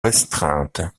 restreinte